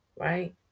right